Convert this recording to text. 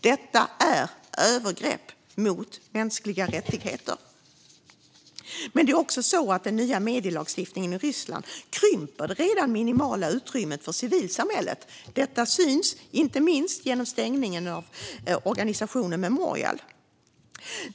Detta är övergrepp mot mänskliga rättigheter. Den nya medielagstiftningen i Ryssland krymper också det redan minimala utrymmet för civilsamhället. Detta visar sig inte minst i stängningen av organisationen Memorial.